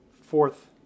fourth